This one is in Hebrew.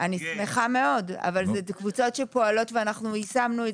אני גאה להגיד שזה תוכנית שלי.